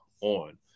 On